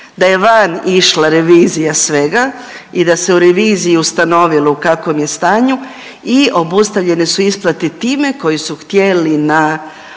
da je van išla revizija svega i da se u reviziji ustanovilo u kakvom je stanju i obustavljene su isplate time koji su htjeli na